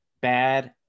Bad